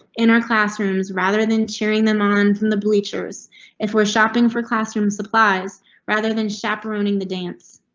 in our classrooms, rather than cheering them on from the bleachers if we're shopping for classroom supplies rather than chaperoning the dance.